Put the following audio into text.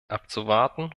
abzuwarten